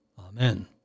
Amen